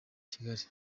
kigali